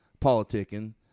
politicking